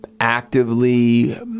actively